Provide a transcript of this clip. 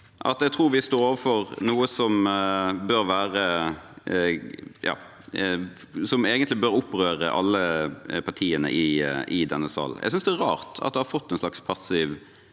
jeg tror vi står overfor noe som egentlig bør opprøre alle partiene i denne salen. Jeg synes det er rart at det har fått en slags passiv